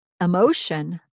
emotion